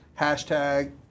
hashtag